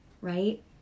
right